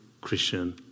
Christian